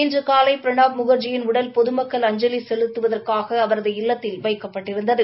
இன்று காலை பிரணாப் முக்ஜியின் உடல் பொதுமக்கள் அஞ்சலி செலுத்துவதற்காக அவரது இல்லத்தில் வைக்கப்பட்டிருந்தது